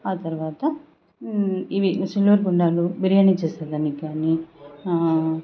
ఆ తరవాత ఇవి చిన్నూరి గుండాలు బిర్యానీ చేసేదాని కానీ